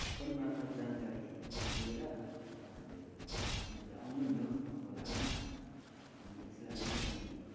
phone मार्फत् जानकारी दिएर उहाँहरूले मैले आउनु नि हो खोलामा अनि यसलाई अलिकति